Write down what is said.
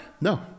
No